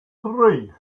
three